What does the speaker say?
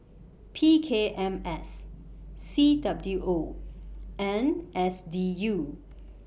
P K M S C W O and S D U